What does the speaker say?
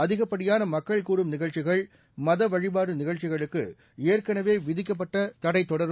அதிகப்படியான மக்கள் கூடும் நிகழ்ச்சிகள் மதவழிபாடு நிகழ்ச்சிகளுக்கு ஏற்கனவே விதிக்கப்பட்ட தடை தொடரும்